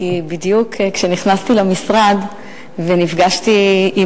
כי בדיוק כשנכנסתי למשרד ונפגשתי עם